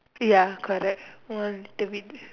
ya correct one little bit